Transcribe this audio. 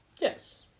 Yes